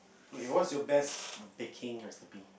okay what's your best baking recipe